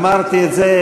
אמרתי את זה,